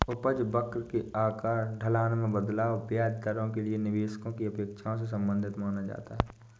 उपज वक्र के आकार, ढलान में बदलाव, ब्याज दरों के लिए निवेशकों की अपेक्षाओं से संबंधित माना जाता है